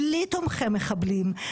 בלי תומכי מחבלים,